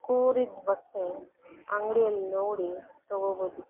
ಕೂರಿದ ಬಟ್ಟೆ ಅಂಗ್ಡಿಯಲ್ಲಿ ನೋಡಿ ತಗೊಬೋದಿತ್ತು